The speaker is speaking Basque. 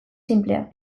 sinplea